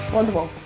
Wonderful